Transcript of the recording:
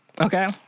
Okay